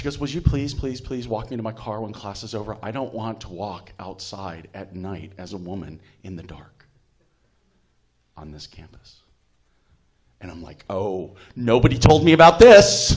she goes would you please please please walk into my car when cost is over i don't want to walk outside at night as a woman in the dark on this campus and i'm like oh nobody told me about this